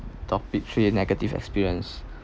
topic three negative experience